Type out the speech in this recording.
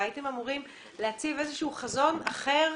הייתם אמורים להציב איזשהו חזון אחר